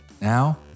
Now